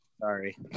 Sorry